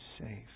safe